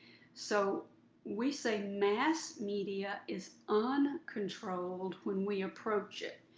so we say mass media is uncontrolled when we approach it.